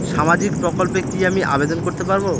সামাজিক প্রকল্পে কি আমি আবেদন করতে পারবো?